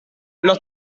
los